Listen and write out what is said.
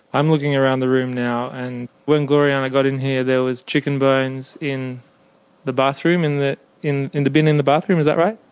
i'm looking around the room now and when gloriana got in here there was chicken bones in the bathroom, in in in the bin in the bathroom, is that right?